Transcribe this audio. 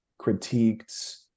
critiqued